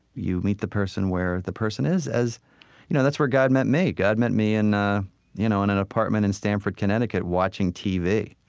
you meet the person where the person is. you know that's where god met me. god met me in ah you know in an apartment in stamford, connecticut, watching tv.